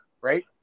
right